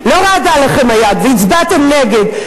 ירדתם לגמרי מהפסים?